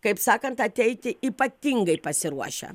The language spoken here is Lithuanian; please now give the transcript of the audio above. kaip sakant ateiti ypatingai pasiruošę